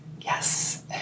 yes